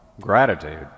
gratitude